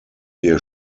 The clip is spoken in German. ihr